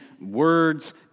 words